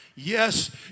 Yes